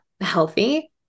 healthy